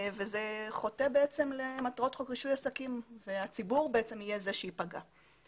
וזה חוטא בעצם למטרות חוק רישוי עסקים והציבור יהיה זה שבעצם ייפגע.